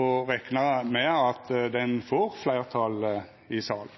og reknar med at ho får fleirtal i salen.